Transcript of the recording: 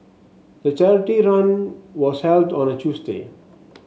the charity run was held on a Tuesday